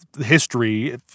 history